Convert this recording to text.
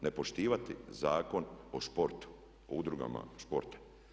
Ne poštivati Zakon o športu, o udrugama športa.